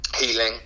healing